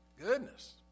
Goodness